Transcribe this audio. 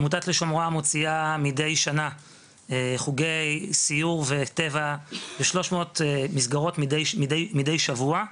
עמותת לשומרה מוציאה מידי שנה חוגי סיור וטבע ב- 300 מסגרות מידי שבוע,